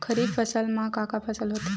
खरीफ फसल मा का का फसल होथे?